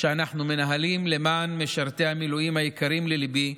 שאנחנו מנהלים למען משרתי המילואים היקרים לליבי,